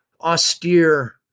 austere